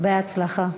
בהצלחה.